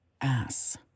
ass